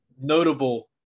notable